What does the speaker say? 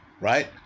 Right